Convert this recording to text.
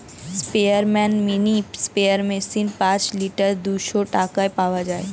স্পেয়ারম্যান mini sprayer machine পাঁচ litre দুইশো টাকায় পাওয়া যায়